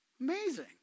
Amazing